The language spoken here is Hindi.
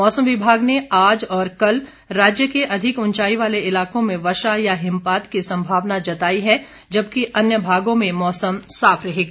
मौसम विभाग ने आज और कल राज्य के अधिक ऊंचाई वाले इलाकों में वर्षा या हिमपात की संभावना जताई है जबकि अन्य भागों में मौसम साफ रहेगा